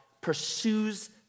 pursues